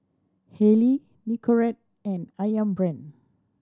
Haylee Nicorette and Ayam Brand